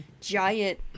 giant